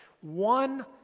one